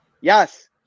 yes